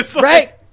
Right